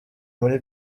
muri